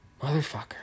Motherfucker